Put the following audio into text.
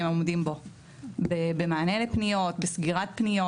עומדים בו במענה לפניות ובסגירת פניות.